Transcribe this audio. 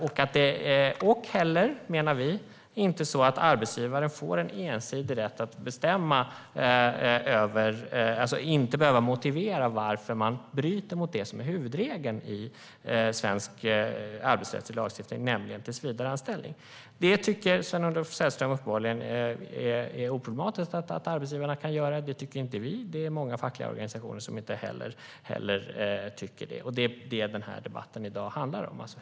Vi menar att arbetsgivare inte heller ska få en ensidig rätt att bestämma och inte behöva motivera varför de bryter mot det som är huvudregeln i svensk arbetsrättslig lagstiftning, nämligen tillsvidareanställning. Sven-Olof Sällström tycker uppenbarligen att det är oproblematiskt att arbetsgivaren kan göra det. Det tycker inte vi, och det är många fackliga organisationer som inte heller tycker det. Det är vad debatten i dag handlar om.